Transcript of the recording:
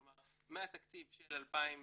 כלומר מהתקציב של 2018